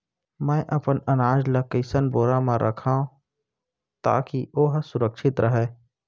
मैं अपन अनाज ला कइसन बोरा म रखव ताकी ओहा सुरक्षित राहय?